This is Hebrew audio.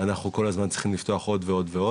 אנחנו כל הזמן צריכים לפתוח עוד ועוד.